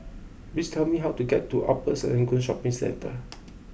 please tell me how to get to Upper Serangoon Shopping Centre